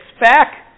back